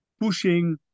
pushing